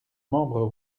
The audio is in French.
membres